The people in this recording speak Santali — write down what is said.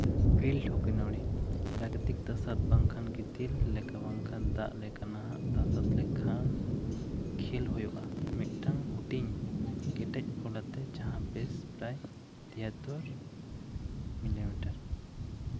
ᱯᱷᱤᱞᱰ ᱦᱚᱠᱤ ᱱᱩᱲᱤ ᱯᱨᱟᱠᱤᱛᱤᱠ ᱛᱟᱥᱟᱫ ᱵᱟᱝᱠᱷᱟᱱ ᱜᱤᱛᱤᱞ ᱞᱮᱠᱟ ᱵᱟᱝᱠᱷᱟᱱ ᱫᱟᱜ ᱞᱮᱠᱟ ᱱᱟᱦᱟᱜ ᱛᱟᱥᱟᱫ ᱞᱮᱠᱟᱱ ᱠᱷᱮᱞ ᱦᱩᱭᱩᱜᱼᱟ ᱢᱤᱫᱴᱟᱝ ᱦᱩᱰᱤᱧ ᱠᱮᱴᱮᱡ ᱵᱚᱞ ᱟᱛᱮ ᱡᱟᱦᱟᱸ ᱵᱮᱥ ᱯᱨᱟᱭ ᱛᱤᱭᱟᱛᱳᱨ ᱢᱤᱞᱤᱢᱤᱴᱟᱨ